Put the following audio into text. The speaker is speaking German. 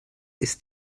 ist